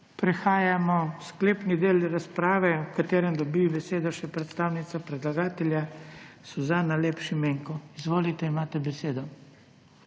Prehajamo v sklepni del razprave, v katerem dobi besedo še predstavnica predlagatelja Suzana Lep Šimenko. Izvolite, imate besedo.